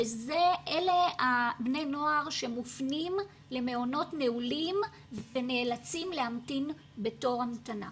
אלה בני נוער שמופנים למעונות נעולים ונאלצים להמתין בתור המתנה.